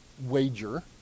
wager